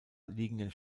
liegenden